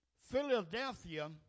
Philadelphia